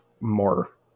more